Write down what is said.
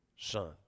son